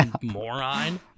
moron